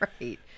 Right